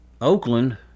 Oakland